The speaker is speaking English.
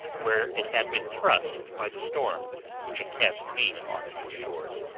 where it had been thrust by the storm which had cast me on these shores.